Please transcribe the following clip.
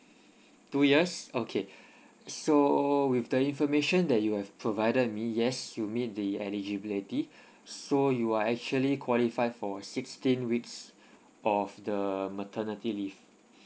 two years okay so with the information that you have provided me yes you mean the eligibility so you are actually qualify for sixteen weeks of the maternity leave